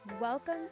Welcome